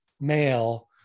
male